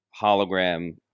hologram